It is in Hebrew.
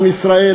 עם ישראל,